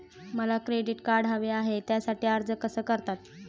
मला credit card हवे आहे त्यासाठी अर्ज कसा करतात?